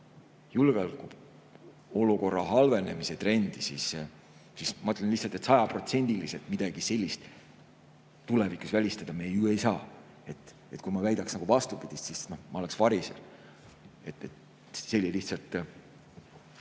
seda julgeolekuolukorra halvenemise trendi, siis ma ütlen lihtsalt, et sajaprotsendiliselt midagi sellist me tulevikus välistada ju ei saa. Kui ma väidaks nagu vastupidist, siis ma oleks variser. Tulevikku